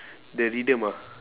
the rhythm ah